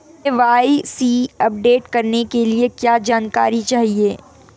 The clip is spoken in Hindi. के.वाई.सी अपडेट करने के लिए क्या जानकारी चाहिए?